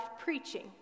preaching